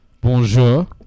Bonjour